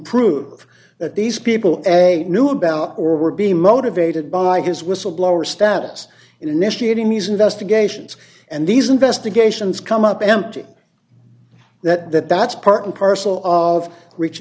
prove that these people a knew about or would be motivated by his whistle blower status initiating these investigations and these investigations come up empty that that's part and parcel of r